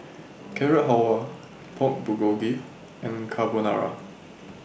Carrot Halwa Pork Bulgogi and Carbonara